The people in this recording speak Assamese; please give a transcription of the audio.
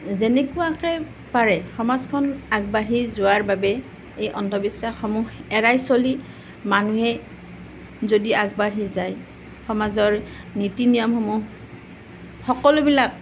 যেনেকুৱাকৈ পাৰে সমাজখন আগবাঢ়ি যোৱাৰ বাবে এই অন্ধবিশ্বাসসমূহ এৰাই চলি মানুহে যদি আগবাঢ়ি যায় সমাজৰ নীতি নিয়মসমূহ সকলোবিলাক